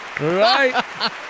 right